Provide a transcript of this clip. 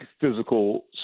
physical